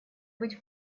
быть